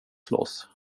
slåss